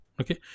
Okay